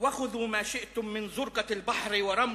שאו שמותיכם והסתלקו/ טלו שעוניכם מזמננו